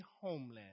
homeland